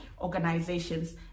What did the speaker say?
organizations